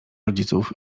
rodziców